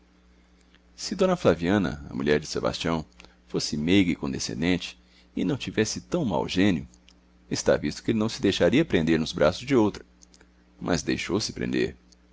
se d flaviana a mulher di sebastião fosse meiga e condescendente e não tivesse tão mau gênio está visto que ele não se deixaria prender nos braços de outra mas deixou-se prender